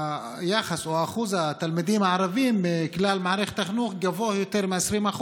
היחס או אחוז התלמידים הערבים בכלל מערכת החינוך גבוה יותר מ-20%,